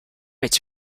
its